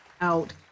out